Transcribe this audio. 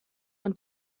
und